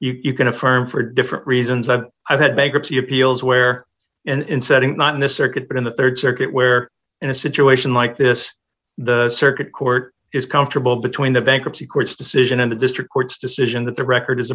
that you can affirm for different reasons i've i've had bankruptcy appeals where in setting not in this circuit but in the rd circuit where in a situation like this the circuit court is comfortable between the bankruptcy courts decision and the district court's decision that the record